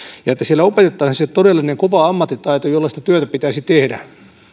ja että siellä opetettaisiin se todellinen kova ammattitaito jolla sitä työtä pitäisi tehdä